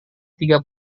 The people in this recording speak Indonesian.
tiga